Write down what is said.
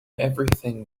everything